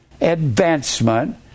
advancement